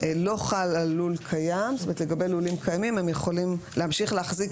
לא חל על לול קיים ולגבי לולים קיימים הם יכולים להמשיך להחזיק